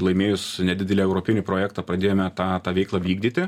laimėjus nedidelį europinį projektą pradėjome tą tą veiklą vykdyti